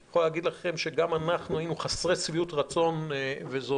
אני יכול להגיד לכם שגם אנחנו היינו חסרי שביעות רצון וזאת